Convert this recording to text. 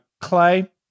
Clay